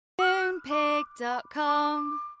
Moonpig.com